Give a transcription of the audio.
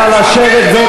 נא לשבת, ב.